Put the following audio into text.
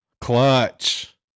Clutch